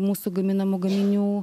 mūsų gaminamų gaminių